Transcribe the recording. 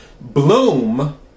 Bloom